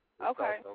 Okay